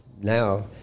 Now